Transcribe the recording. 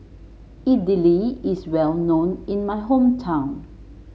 Idili is well known in my hometown